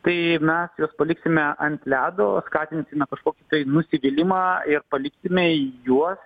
tai mes juos paliksime ant ledo skatinsime kažkokį tai nusivylimą ir paliksime juos